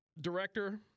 director